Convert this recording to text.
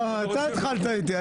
אתה התחלת איתי.